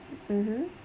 mmhmm